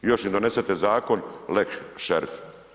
Još im donesete zakon lex šerif.